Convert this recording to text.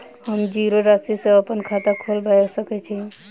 हम जीरो राशि सँ अप्पन खाता खोलबा सकै छी?